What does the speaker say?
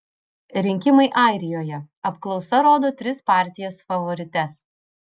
rinkimai airijoje apklausa rodo tris partijas favorites